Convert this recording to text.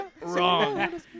wrong